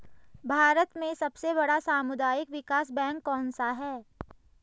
भारत में सबसे बड़ा सामुदायिक विकास बैंक कौनसा है?